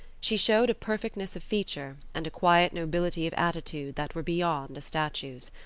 she showed a perfectness of feature and a quiet nobility of attitude that were beyond a statue's.